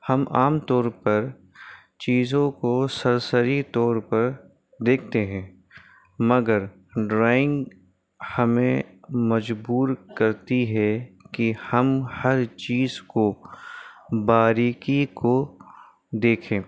ہم عام طور پر چیزوں کو سرسری طور پر دیکھتے ہیں مگر ڈرائنگ ہمیں مجبور کرتی ہے کہ ہم ہر چیز کو باریکی کو دیکھیں